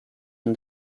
and